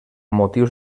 motius